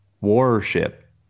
warship